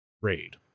raid